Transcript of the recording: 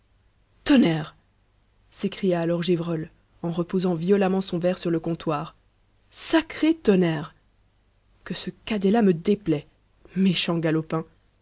tonnerre s'écria alors gévrol en reposant violemment son verre sur le comptoir sacré tonnerre que ce cadet là me déplaît méchant galopin